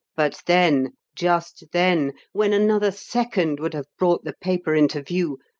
but then, just then, when another second would have brought the paper into view,